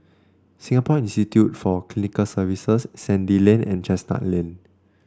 Singapore Institute for Clinical Sciences Sandy Lane and Chestnut Lane